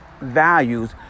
values